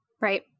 Right